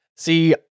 See